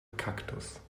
kaktus